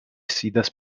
sidas